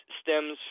stems